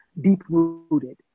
deep-rooted